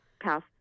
pass